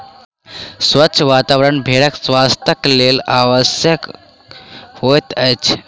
स्वच्छ वातावरण भेड़क स्वास्थ्यक लेल आवश्यक होइत अछि